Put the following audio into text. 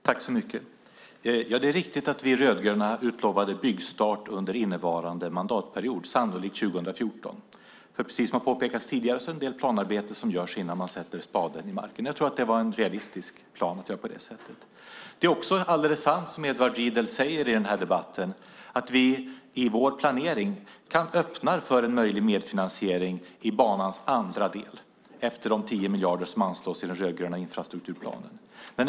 Fru talman! Ja, det är riktigt att vi rödgröna utlovade byggstart under innevarande mandatperiod, sannolikt 2014. Precis som påpekats tidigare görs en del planarbete innan spaden sätts i marken. Jag tror att det var en realistisk plan att göra på det sättet. Det Edward Riedl säger i den här debatten är också alldeles sant, nämligen att vi i vår planering öppnar för en möjlig medfinansiering i fråga om banans andra del - efter de 10 miljarder som anslås i den rödgröna infrastrukturplanen.